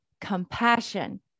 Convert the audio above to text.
compassion